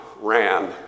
ran